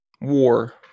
War